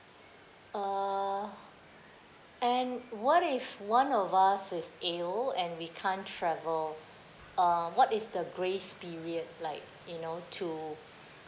uh and what if one of us is ill and we can't travel uh what is the grace period like you know to